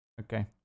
Okay